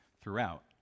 throughout